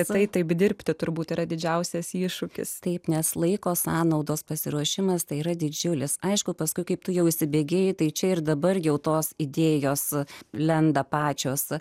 kad taip dirbti turbūt yra didžiausias iššūkis taip nes laiko sąnaudos pasiruošimas tai yra didžiulis aišku paskui kaip tu jau įsibėgėjai tai čia ir dabar jau tos idėjos lenda pačios